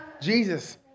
Jesus